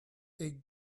they